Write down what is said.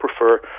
prefer